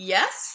Yes